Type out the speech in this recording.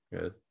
Good